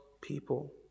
people